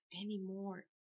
anymore